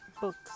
books